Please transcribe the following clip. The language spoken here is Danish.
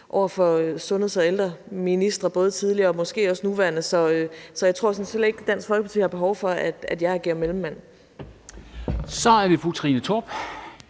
over for sundheds- og ældreministre, både tidligere og måske også nuværende, så jeg tror sådan set ikke, Dansk Folkeparti har behov for, at jeg agerer mellemmand. Kl. 20:17 Formanden